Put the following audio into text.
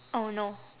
oh no